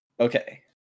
Okay